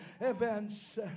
events